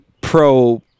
pro